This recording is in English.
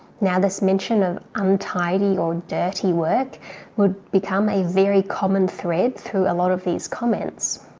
now this mention of untidy or dirty work would become a very common thread through a lot of these comments.